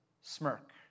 smirk